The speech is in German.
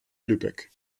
lübeck